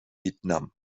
vietnam